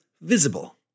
visible